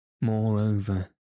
Moreover